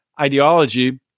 ideology